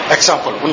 Example